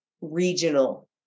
regional